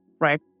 right